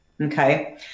Okay